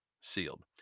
sealed